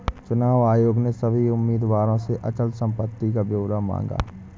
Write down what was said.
चुनाव आयोग ने सभी उम्मीदवारों से अचल संपत्ति का ब्यौरा मांगा